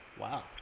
Wow